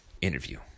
interview